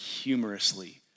humorously